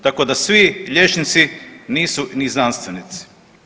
Tako da svi liječnici nisu ni znanstvenici.